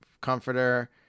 comforter